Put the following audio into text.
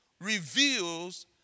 reveals